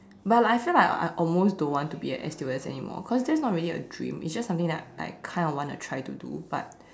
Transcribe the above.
but like I feel like I I almost don't want to be a air stewardess anymore because that's not really a dream it's just something that I kind of want to do but